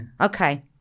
Okay